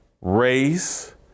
race